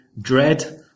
dread